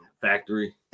factory